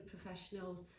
professionals